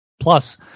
Plus